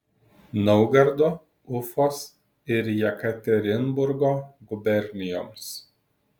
naugardo ufos ir jekaterinburgo gubernijoms